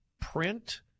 print